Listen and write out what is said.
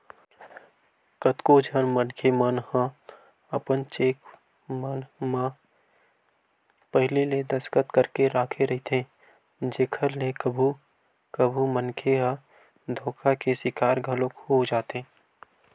कतको झन मनखे मन ह अपन चेक मन म पहिली ले दस्खत करके राखे रहिथे जेखर ले कभू कभू मनखे ह धोखा के सिकार घलोक हो जाथे